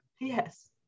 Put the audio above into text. Yes